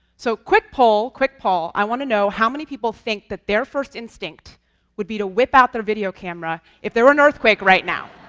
so, quick poll, quick poll i want to know how many people think that their first instinct would be to whip out their video camera if there were an earthquake right now?